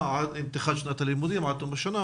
עם פתיחת שנת הלימודים עד תום השנה,